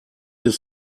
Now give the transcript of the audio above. his